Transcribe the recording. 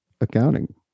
accounting